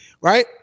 Right